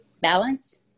Balance